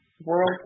world